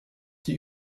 die